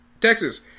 Texas